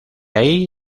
ahí